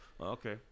Okay